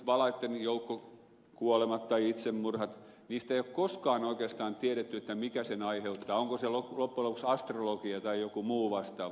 näistä valaiden joukkokuolemista tai itsemurhista ei ole koskaan oikeastaan tiedetty mikä ne aiheuttaa onko se loppujen lopuksi astrologia tai joku muu vastaava